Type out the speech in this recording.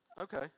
Okay